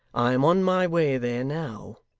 i am on my way there now